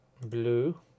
Blue